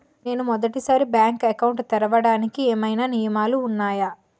నేను మొదటి సారి బ్యాంక్ అకౌంట్ తెరవడానికి ఏమైనా నియమాలు వున్నాయా?